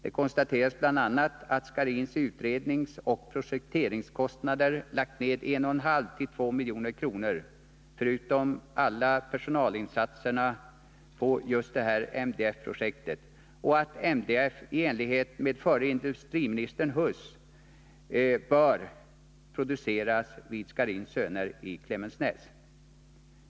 Det konstaterades bl.a. att Scharins i utredningsoch projekteringskostnader lagt ned 1,5—2 milj.kr. förutom alla personalinsatser på detta MDF-projekt samt att MDF-plattan, enligt vad den förre industriministern Erik Huss uttalade, bör produceras vid Scharins Söner i Klemensnäs.